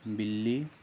बिल्ली